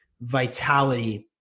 vitality